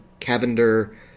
Cavender